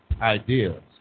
ideas